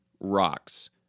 rocks